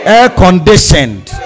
Air-conditioned